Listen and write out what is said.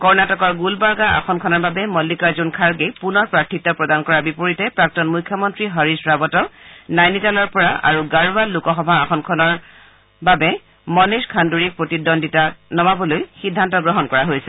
কণটিকৰ গুলবাৰ্গা আসনখনৰ বাবে মল্লিকাৰ্জন খাৰ্গেক পুনৰ প্ৰাৰ্থিত্ব প্ৰদান কৰাৰ বিপৰীতে প্ৰাক্তন মুখ্যমন্ত্ৰী হৰীশ ৰাৱটক নাইনিটালৰ পৰা আৰু গাড়োৱাল লোকসভা আসনখনৰ পৰা মনীষ খাণুৰিক প্ৰতিদ্বন্দ্বিতাত নমাবলৈ সিদ্ধান্ত গ্ৰহণ কৰা হৈছে